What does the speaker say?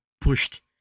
pushed